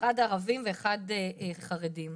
ערבים וחרדים.